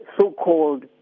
so-called